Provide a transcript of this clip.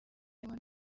harimo